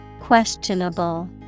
Questionable